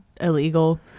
illegal